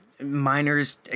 Miners